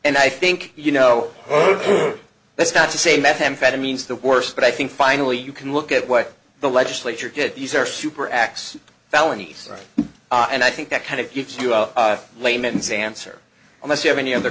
and i think you know that's not to say methamphetamines the worst but i think finally you can look at what the legislature did these are super acts felonies right and i think that kind of gives you a layman sansar unless you have any other